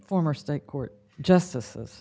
former state court justices